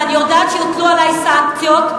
ואני יודעת שיוטלו עלי סנקציות,